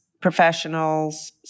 professionals